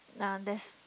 nah that's